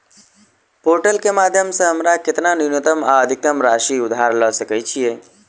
Portal केँ माध्यम सऽ हमरा केतना न्यूनतम आ अधिकतम ऋण राशि उधार ले सकै छीयै?